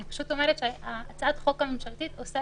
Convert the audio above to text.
אני פשוט אומרת שהצעת החוק הממשלתית עושה